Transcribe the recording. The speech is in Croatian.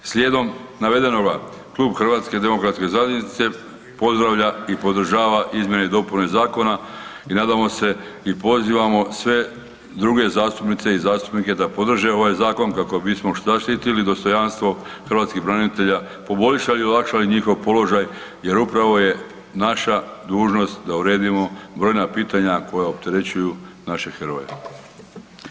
Slijedom navedenoga klub HDZ-a pozdravlja i podržava izmjene i dopune zakona i nadamo se i pozivamo sve druge zastupnice i zastupnike da podrže ovaj zakon kako bismo zaštitili dostojanstvo hrvatskih branitelja, poboljšali i olakšali njihov položaj jer upravo je naša dužnost da uredimo brojna pitanja koja opterećuju naše heroje.